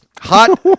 Hot